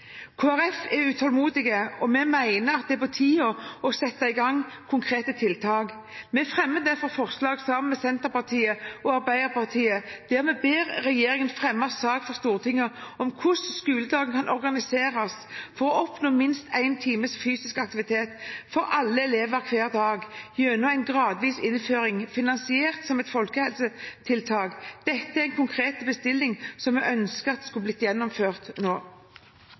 er utålmodige, og vi mener at det er på tide å sette i gang konkrete tiltak. Vi fremmer derfor forslag sammen med Senterpartiet og Arbeiderpartiet der vi ber regjeringen fremme sak for Stortinget om hvordan skoledagen kan organiseres for å oppnå minst én times fysisk aktivitet for alle elever hver dag gjennom en gradvis innføring finansiert som et folkehelsetiltak. Dette er en konkret bestilling som vi skulle ønske kunne ha blitt gjennomført nå.